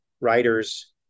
writers